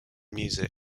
music